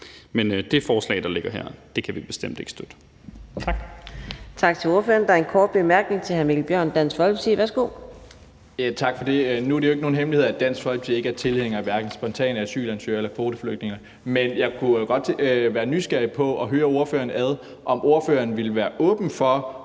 Og det forslag, der ligger her, kan vi bestemt ikke støtte.